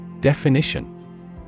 Definition